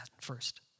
first